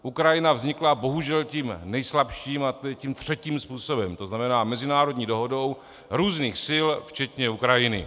Ukrajina vznikla bohužel tím nejslabším, a to je tím třetím způsobem, to znamená mezinárodní dohodou různých sil včetně Ukrajiny.